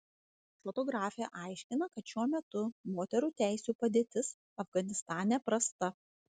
fotografė aiškina kad šiuo metu moterų teisių padėtis afganistane prasta